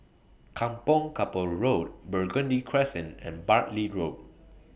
Kampong Kapor Road Burgundy Crescent and Bartley Road